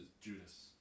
Judas